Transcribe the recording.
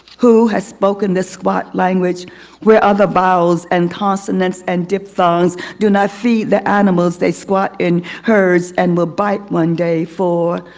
who has spoken this squat language where other vowels and consonants and diphthongs. do not fee the animals, they squat in herds and will bite one day. four.